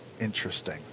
Interesting